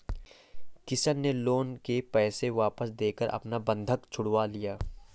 किशन ने लोन के पैसे वापस देकर अपना बंधक छुड़वा लिया